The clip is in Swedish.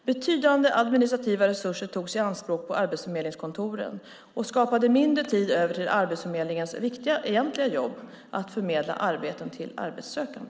Betydande administrativa resurser togs i anspråk på arbetsförmedlingskontoren och skapade mindre tid över till Arbetsförmedlingens egentliga jobb - att förmedla arbeten till arbetssökande.